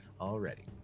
already